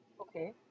okay